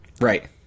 Right